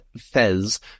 Fez